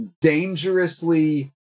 dangerously